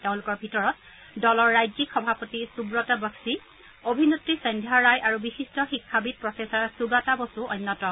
তেওঁলোকৰ ভিতৰত দলৰ ৰাজ্যিক সভাপতি সুৱত বক্সি অভিনেত্ৰী সন্ধ্যা ৰায় আৰু বিশিষ্ট শিক্ষাবিদ প্ৰফেচৰ সুগাতা বসুও অন্যতম